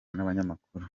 n’abanyamakuru